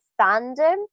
fandom